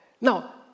Now